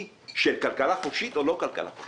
של כלכלה חופשית או לא כלכלה חופשית.